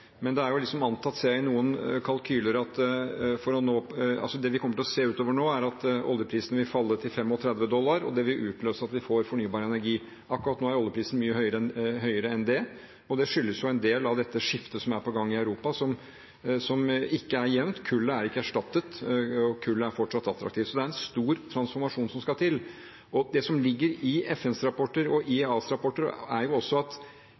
Men det er antatt, ser jeg i noen kalkyler, at det vi kommer til å se utover nå, er at oljeprisen vil falle til 35 dollar, og det vil utløse at vi får fornybar energi. Akkurat nå er oljeprisen mye høyere enn det, og det skyldes jo en del av dette skiftet som er på gang i Europa, som ikke er jevnt. Kullet er ikke erstattet, og kull er fortsatt attraktivt. Så det er en stor transformasjon som skal til, og det som ligger i FNs rapporter og IEAs rapporter, er også at